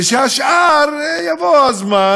ושהשאר, יבוא הזמן.